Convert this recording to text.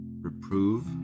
Reprove